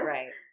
Right